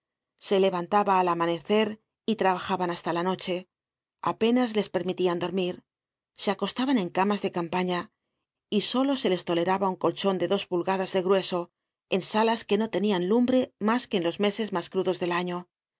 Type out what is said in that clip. se levantaban al amanecer y trabajaban hasta la noche apenas les permitian dormir se acostaban en camas de campaña y solo se les toleraba un colchon de dos pulgadas de grueso en salas que no tenían lumbre mas que en los meses mas crudos del año